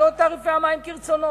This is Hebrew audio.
להעלות את תעריפי המים כרצונו.